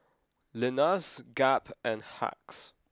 Lenas Gap and Hacks